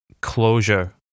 closure